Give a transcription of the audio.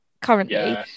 currently